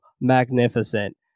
magnificent